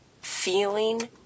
feeling